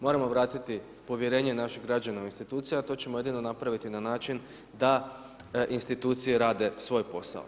Moramo vratiti povjerenje naših građana u institucije, a to ćemo jedino napraviti na način da institucije rade svoj posao.